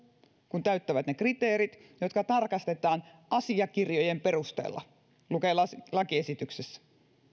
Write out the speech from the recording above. kun täyttävät ne kriteerit jotka tarkastetaan asiakirjojen perusteella näin lukee lakiesityksessä